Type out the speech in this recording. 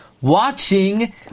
watching